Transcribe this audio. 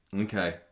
Okay